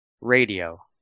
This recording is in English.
radio